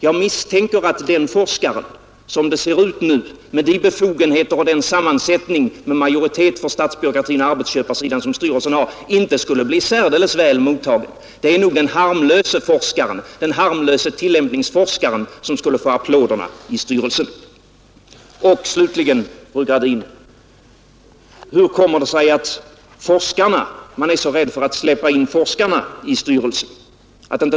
Jag misstänker att den forskaren, som det ser ut nu med de befogenheter och den sammansättning med majoritet för statsbyråkratin och arbetsköparsidan som styrelsen har, inte skulle bli särdeles väl mottagen. Det är nog den harmlöse tillämpningsforskaren som skulle få applåderna i styrelsen. Slutligen, fru Gradin, hur kommer det sig att man är så rädd för att släppa in forskarna i styrelsen?